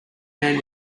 man